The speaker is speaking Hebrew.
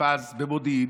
פז במודיעין